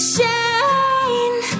Shine